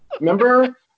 Remember